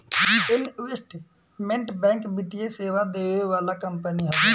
investment bank वित्तीय सेवा देवे वाला कंपनी हवे